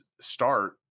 start